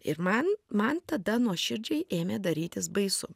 ir man man tada nuoširdžiai ėmė darytis baisu